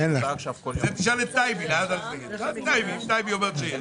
כל הענפים לא קיבלו מסלול מחזורים וקיבלו רק שכר,